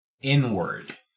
Inward